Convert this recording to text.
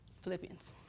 Philippians